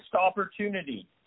opportunity